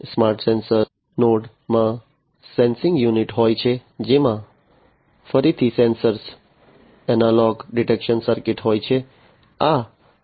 smart sensor નોડમાં sensing unit હોય છે જેમાં ફરીથી સેન્સર એનાલોગ ડિટેક્શન સર્કિટ હોય છે